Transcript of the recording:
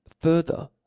Further